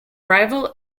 rival